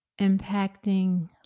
impacting